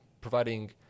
providing